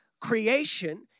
creation